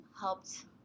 helped